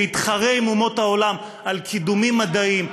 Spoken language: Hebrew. ויתחרה עם אומות העולם על קידומים מדעיים,